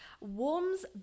warms